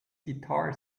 guitar